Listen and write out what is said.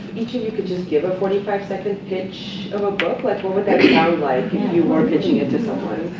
each of you could give a forty five second pitch of a book, like what would that sound like if you were pitching it to someone?